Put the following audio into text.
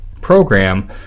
program